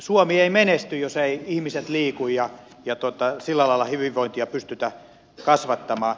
suomi ei menesty jos eivät ihmiset liiku ja sillä lailla hyvinvointia pystytä kasvattamaan